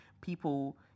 people